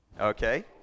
Okay